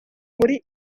muri